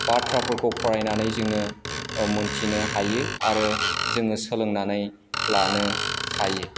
बाथ्राफोरखौ फरायनानै जोङो मोनथिनो हायो आरो जोङो सोलोंनानै लानो हायो